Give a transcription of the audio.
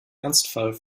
ernstfall